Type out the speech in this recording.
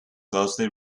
closely